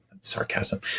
sarcasm